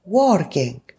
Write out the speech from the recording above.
working